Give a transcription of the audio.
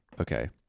okay